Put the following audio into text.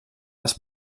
les